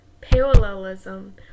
parallelism